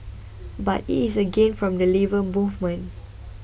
but it is a gain for the Labour Movement